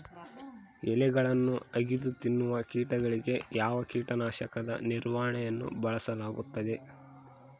ಎಲೆಗಳನ್ನು ಅಗಿದು ತಿನ್ನುವ ಕೇಟಗಳಿಗೆ ಯಾವ ಕೇಟನಾಶಕದ ನಿರ್ವಹಣೆಯನ್ನು ಬಳಸಲಾಗುತ್ತದೆ?